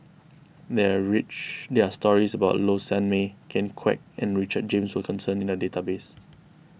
may are rich there are stories about Low Sanmay Ken Kwek and Richard James Wilkinson in the database